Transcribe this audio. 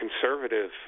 conservative